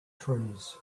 trees